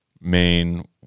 main